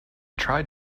tried